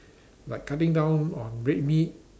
like cutting down on red meat